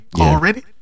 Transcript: Already